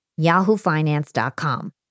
yahoofinance.com